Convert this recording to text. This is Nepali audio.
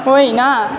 होइन